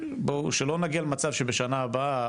בואו שלא נגיע למצב שבשנה הבאה,